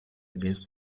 against